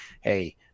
hey